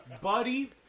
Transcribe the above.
Buddy